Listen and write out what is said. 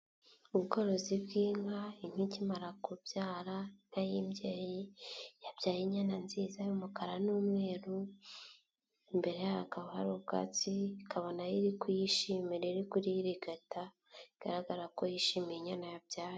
Ubworozi bw'inka, inka ikimara kubyara, inka y'imbeyi yabyaye inyana nziza y'umukara n'umweru, imbere hakaba hari ubwatsi, ikaba na yo iri kuyishimira, iri kuyirigata igaragara ko yishimiye inyana yabyaye.